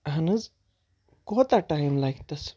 اَہن حظ کوٗتاہ ٹایم لگہِ تَس